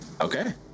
Okay